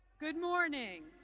good morning,